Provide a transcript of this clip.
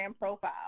profile